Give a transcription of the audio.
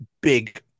big